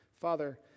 Father